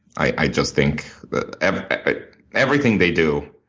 i just think that everything they do,